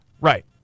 Right